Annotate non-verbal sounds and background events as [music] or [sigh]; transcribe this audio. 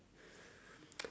[noise]